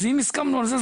אז אם הסכמנו על זה,